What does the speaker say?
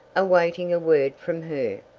awaiting a word from her.